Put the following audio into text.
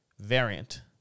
variant